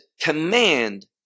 command